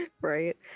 right